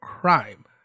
crime